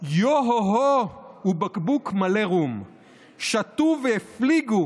יו הו הו ובקבוק מלא רום / שתו והפליגו